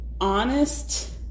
honest